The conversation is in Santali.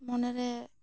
ᱢᱚᱱᱮ ᱨᱮ